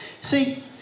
See